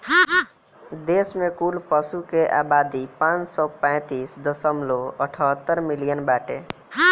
देश में कुल पशु के आबादी पाँच सौ पैंतीस दशमलव अठहत्तर मिलियन बाटे